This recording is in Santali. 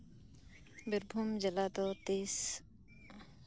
ᱵᱤᱨᱵᱷᱩᱢ ᱡᱮᱞᱟ ᱫᱚ ᱛᱤᱥ